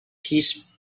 peace